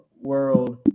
World